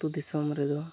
ᱟᱹᱛᱩᱼᱫᱤᱥᱚᱢ ᱨᱮᱫᱚ